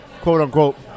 quote-unquote